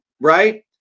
right